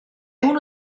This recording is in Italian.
uno